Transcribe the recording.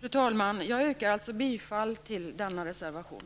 Fru talman! Jag yrkar alltså bifall till denna reservation.